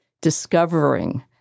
discovering